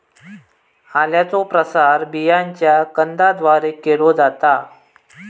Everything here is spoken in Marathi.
आल्याचो प्रसार बियांच्या कंदाद्वारे केलो जाता